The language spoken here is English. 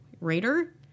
Raider